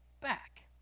back